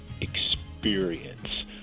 experience